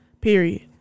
Period